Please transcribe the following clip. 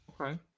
Okay